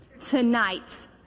Tonight